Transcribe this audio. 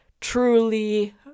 truly